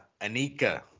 Anika